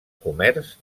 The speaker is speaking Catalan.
comerç